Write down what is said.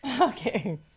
okay